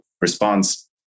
response